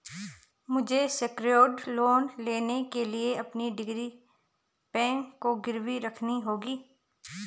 मुझे secured loan लेने के लिए अपनी डिग्री बैंक को गिरवी रखनी होगी